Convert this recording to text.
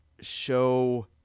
show